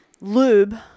Lube